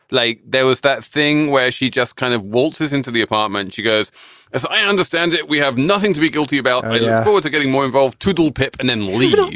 like there was that thing where she just kind of waltzes into the apartment. she goes yes i understand that. we have nothing to be guilty about and yeah getting more involved toodle pip and then lead ah